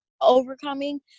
overcoming